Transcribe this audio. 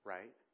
Right